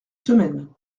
semaine